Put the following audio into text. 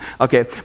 Okay